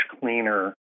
cleaner